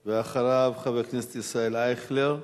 ואחריו, חבר הכנסת ישראל אייכלר.